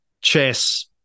chess